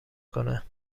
کنه